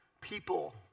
people